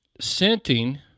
scenting